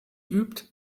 übt